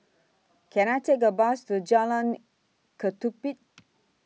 Can I Take A Bus to Jalan Ketumbit